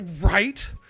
Right